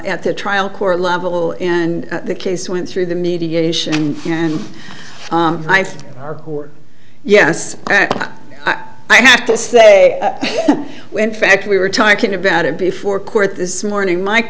at the trial court level and the case went through the mediation and i have yes i have to say in fact we were talking about it before court this morning my